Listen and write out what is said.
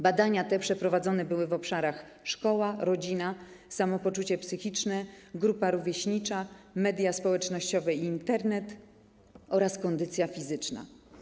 Badania te przeprowadzone były w obszarach: szkoła, rodzina, samopoczucie psychiczne, grupa rówieśnicza, media społecznościowe i Internet oraz kondycja fizyczna.